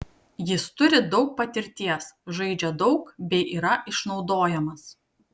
jis turi daug patirties žaidžia daug bei yra išnaudojamas